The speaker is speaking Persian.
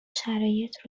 شرایط